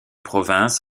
province